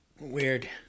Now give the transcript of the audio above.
Weird